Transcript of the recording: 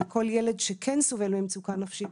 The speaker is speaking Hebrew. וכל ילד שכן סובל ממצוקה נפשית,